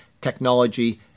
technology